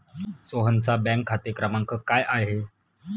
सोहनचा बँक खाते क्रमांक काय आहे?